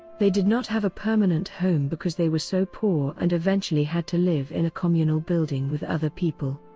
they did not have a permanent home because they were so poor and eventually had to live in a communal building with other people.